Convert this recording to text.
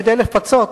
כדי לפצות.